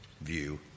view